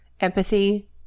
empathy